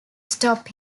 stop